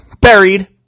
buried